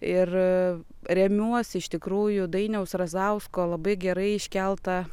ir remiuosi iš tikrųjų dainiaus razausko labai gerai iškelta